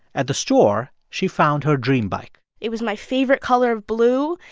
at the store, she found her dream bike it was my favorite color of blue.